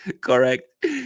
Correct